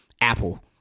Apple